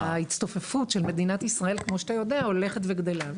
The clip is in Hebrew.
ההצטופפות של מדינת ישראל כמו שאתה יודע הולכת וגדלה,